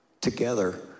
together